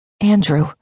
Andrew